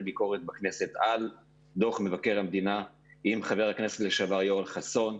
הביקורת בכנסת על דוח מבקר המדינה עם חבר הכנסת לשעבר יואל חסון,